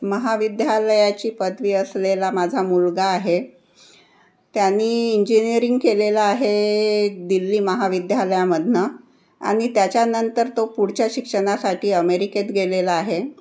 महाविद्यालयाची पदवी असलेला माझा मुलगा आहे त्यानी इंजिनिअरिंग केलेलं आहे दिल्ली महाविद्यालयामधून आणि त्याच्यानंतर तो पुढच्या शिक्षणासाठी अमेरिकेत गेलेला आहे